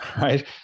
right